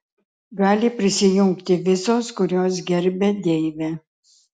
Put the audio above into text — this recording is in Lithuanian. gali prisijungti visos kurios gerbia deivę